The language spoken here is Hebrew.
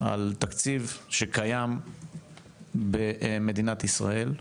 על תקציב שקיים במדינת ישראל,